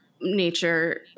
nature